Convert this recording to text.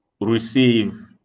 receive